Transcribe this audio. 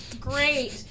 great